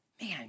man